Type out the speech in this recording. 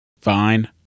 fine